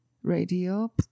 radio